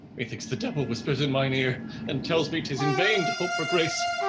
methinks the devil whispers in mine ear and tells me tis in vain to hope for grace,